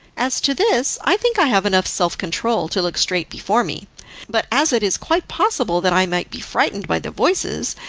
as to this, i think i have enough self-control to look straight before me but as it is quite possible that i might be frightened by the voices,